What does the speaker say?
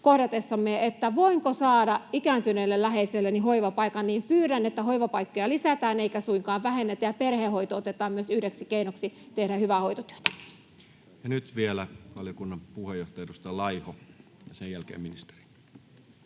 kohdatessamme, että voinko saada ikääntyneelle läheiselleni hoivapaikan. Pyydän, että hoivapaikkoja lisätään eikä suinkaan vähennetä ja myös perhehoito otetaan yhdeksi keinoksi tehdä hyvää hoitotyötä. Ja nyt vielä valiokunnan varapuheenjohtaja, edustaja Laiho, ja sen jälkeen ministeri.